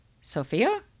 Sophia